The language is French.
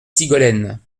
sigolène